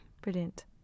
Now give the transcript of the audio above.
Brilliant